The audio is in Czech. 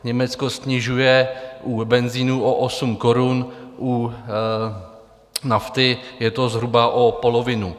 Německo snižuje u benzinu o 8 korun, u nafty je to zhruba o polovinu.